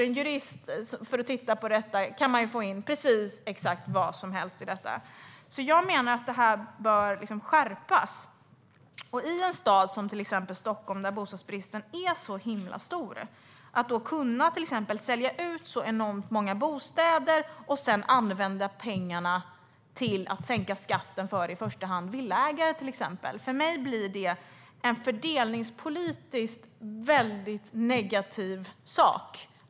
En jurist som tittar på detta kan få in exakt vad som helst i detta, så jag menar att det här bör skärpas. Att en stad som Stockholm, där bostadsbristen är så himla stor, ska kunna sälja ut så enormt många bostäder och sedan använda pengarna till att sänka skatten för i första hand villaägare blir för mig en fördelningspolitiskt väldigt negativ sak.